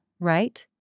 right